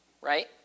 right